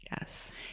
Yes